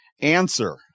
Answer